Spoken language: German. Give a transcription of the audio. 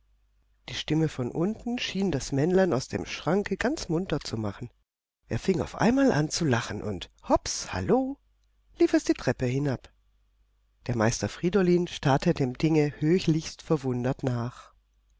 die stimme von unten schien das männlein aus dem schranke ganz munter zu machen er fing auf einmal an zu lachen und hops hallo lief es die treppe hinab der meister friedolin starrte dem dinge höchlichst verwundert nach